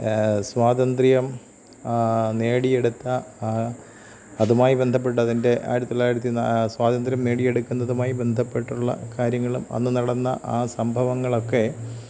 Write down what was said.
സ്വാതന്ത്ര്യം നേടിയെടുത്ത അതുമായി ബന്ധപ്പെട്ടതിൻ്റെ ആയിരത്തി തൊള്ളായിരത്തി നാ സ്വാതന്ത്ര്യം നേടിയെടുക്കുന്നതുമായി ബന്ധപ്പെട്ടുള്ള കാര്യങ്ങളും അന്ന് നടന്ന ആ സംഭവങ്ങളൊക്കെ